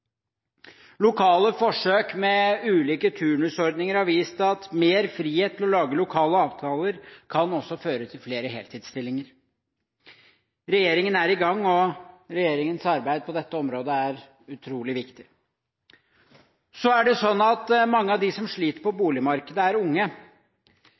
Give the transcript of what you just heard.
Lokale forsøk med ulike turnusordninger har vist at mer frihet til å lage lokale avtaler også kan føre til flere heltidsstillinger. Regjeringen er i gang, og regjeringens arbeid på dette området er utrolig viktig. Mange av dem som sliter på